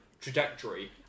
trajectory